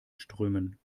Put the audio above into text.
strömen